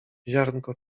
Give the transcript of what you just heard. ziarnko